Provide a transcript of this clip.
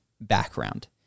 background